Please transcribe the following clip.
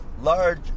large